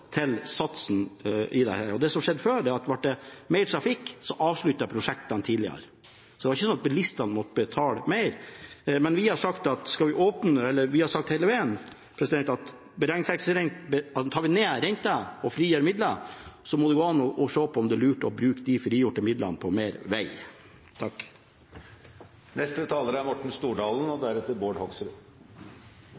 til satsen. Det som skjedde før, er at dersom det ble mer trafikk, ble prosjektene avsluttet tidligere. Det var ikke sånn at bilistene måtte betale mer. Men vi har sagt hele veien at tar vi ned renta og frigjør midler, må det gå an å se på om det er lurt å bruke disse frigjorte midlene på mer vei. Dette er en gledens dag for dem som bruker veien, og